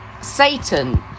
Satan